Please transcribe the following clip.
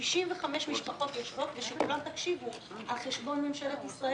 65 משפחות יושבות על חשבון ממשלת ישראל